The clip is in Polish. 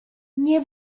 nie